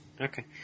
Okay